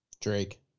Drake